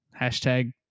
Hashtag